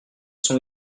sont